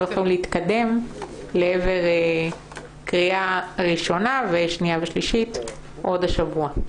יכולים להתקדם לקריאה ראשונה ושנייה ושלישית עוד השבוע.